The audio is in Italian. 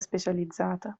specializzata